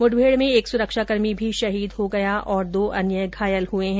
मुठभेड़ में एक सुरक्षाकर्मी भी शहीद हो गया और दो अन्य घायल हुए हैं